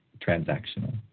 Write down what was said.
transactional